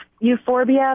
euphorbia